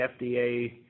FDA